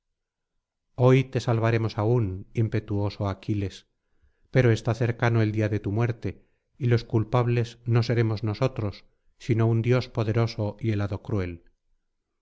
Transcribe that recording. hoy te salvaremos aún impetuoso aquiles pero está cercano el día de tu muerte y los culpables no seremos nosotros sino un dios poderoso y el hado cruel